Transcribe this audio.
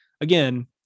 again